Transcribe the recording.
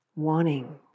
wanting